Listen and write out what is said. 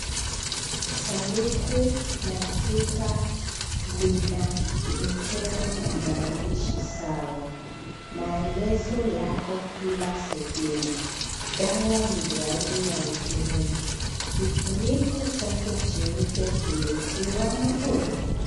Sanduku la chupa lina michoro na maandishi sawa. Maelezo yako kila sehemu. Dawa ni rangi ya hudhurungi. Kifuniko chake cheupe kimetiwa muhuri.